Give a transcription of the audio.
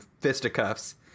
fisticuffs